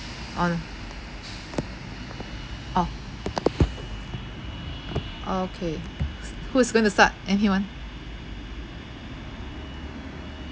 on ah orh okay who is going to start anyone